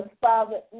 Father